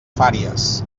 fàries